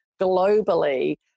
globally